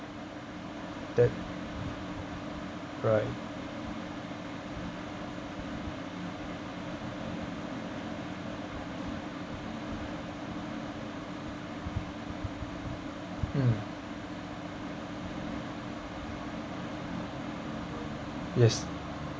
that right mm yes